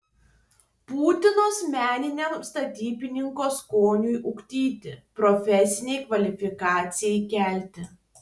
būtinos meniniam statybininko skoniui ugdyti profesinei kvalifikacijai kelti